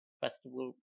festival